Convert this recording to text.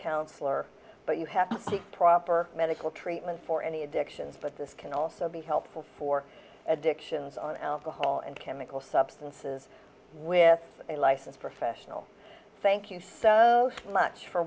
counselor but you have the proper medical treatment for any addictions but this can also be helpful for addictions on alcohol and chemical substances with a licensed professional thank you so much for